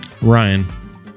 Ryan